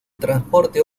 transporte